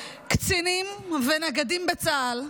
קצינים ונגדים בצה"ל,